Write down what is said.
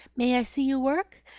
may i see you work?